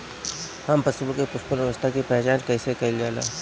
हम फसलों में पुष्पन अवस्था की पहचान कईसे कईल जाला?